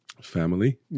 family